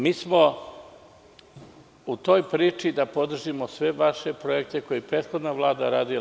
Mi smo u toj priči da podržimo sve vaše projekcije koje je prethodna Vlada radila.